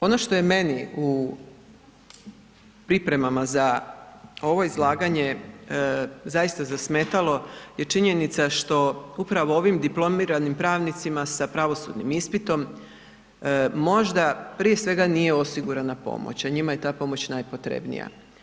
Ono što je meni u pripremama za ovo izlaganje zaista zasmetalo je činjenica što upravo ovim diplomiranim pravnicima sa pravosudnim ispitom možda prije svega nije osigurana pomoć, a njima je ta pomoć najpotrebnija.